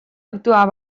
actuar